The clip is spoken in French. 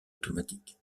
automatique